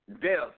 death